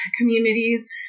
communities